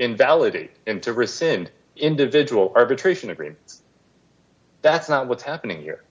invalidate and to rescind individual arbitration agreements that's not what's happening here